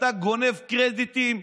אתה גונב קרדיטים.